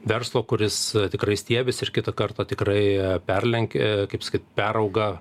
verslo kuris tikrai stiebiasi ir kitą kartą tikrai perlenkia kaip sakyt perauga